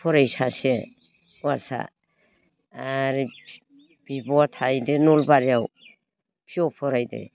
फरायो सासे हौवासा आरो बिब'आ थाहैदों नलबारियाव पि इउ फरायदों